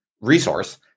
resource